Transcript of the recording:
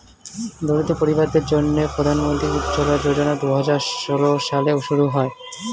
দরিদ্র পরিবারদের জন্যে প্রধান মন্ত্রী উজ্জলা যোজনা দুহাজার ষোল সালে শুরু হয়